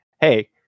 hey